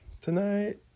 tonight